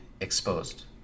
exposed